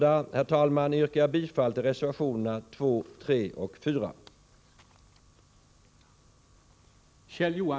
Med det anförda yrkar jag bifall till reservationerna 2, 3 och 4.